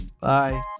Bye